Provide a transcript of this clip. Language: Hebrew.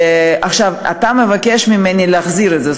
אתה מבקש ממני להחזיר את זה.